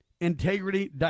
integrity